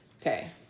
Okay